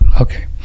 Okay